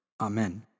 Amen